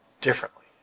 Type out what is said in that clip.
differently